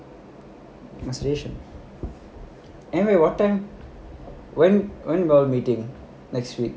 must ration anyway what time when you all meeting next week